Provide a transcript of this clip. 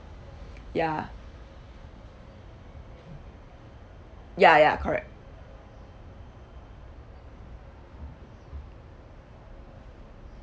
ya ya ya correct